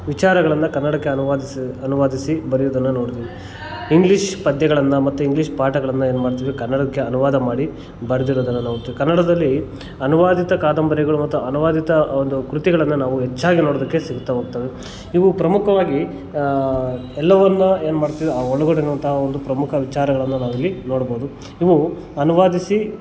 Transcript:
ವಿಚಾರಗಳನ್ನು ಕನ್ನಡಕ್ಕೆ ಅನುವಾದಿಸಿ ಅನುವಾದಿಸಿ ಬರೆಯುವುದನ್ನು ನೋಡ್ದ್ವಿ ಇಂಗ್ಲಿಷ್ ಪದ್ಯಗಳನ್ನು ಮತ್ತು ಇಂಗ್ಲಿಷ್ ಪಾಠಗಳನ್ನು ಏನು ಮಾಡ್ತೀವಿ ಕನ್ನಡಕ್ಕೆ ಅನುವಾದ ಮಾಡಿ ಬರ್ದಿರೋದನ್ನು ನೋಡ್ತೀವಿ ಕನ್ನಡದಲ್ಲಿ ಅನುವಾದಿತ ಕಾದಂಬರಿಗಳು ಮತ್ತು ಅನುವಾದಿತ ಒಂದು ಕೃತಿಗಳನ್ನು ನಾವು ಹೆಚ್ಚಾಗಿ ನೋಡೋದಕ್ಕೆ ಸಿಗ್ತಾ ಹೋಗ್ತವೆ ಇವು ಪ್ರಮುಖವಾಗಿ ಎಲ್ಲವನ್ನು ಏನು ಮಾಡ್ತೀವಿ ಆ ಒಳಗಡೆ ಇರುವಂಥ ಒಂದು ಪ್ರಮುಖ ವಿಚಾರಗಳನ್ನು ನಾವಿಲ್ಲಿ ನೋಡ್ಬೋದು ಇವು ಅನುವಾದಿಸಿ